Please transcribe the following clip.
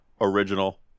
original